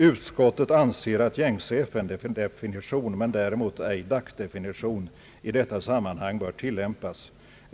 Utskottet anser att gängse FN-definition men däremot ej DAC-definitionen i detta sammanhang bör tillämpas.